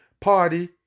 party